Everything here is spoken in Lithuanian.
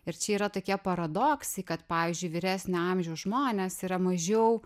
ir čia yra tokie paradoksai kad pavyzdžiui vyresnio amžiaus žmonės yra mažiau